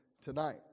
tonight